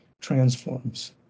transforms